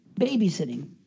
babysitting